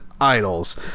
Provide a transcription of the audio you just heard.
idols